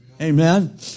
Amen